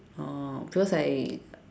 oh because I